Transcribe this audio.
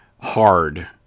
hard